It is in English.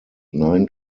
nine